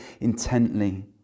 intently